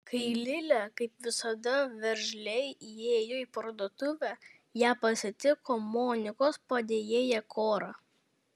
kai lilė kaip visada veržliai įėjo į parduotuvę ją pasitiko monikos padėjėja kora